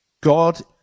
God